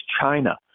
China